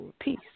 peace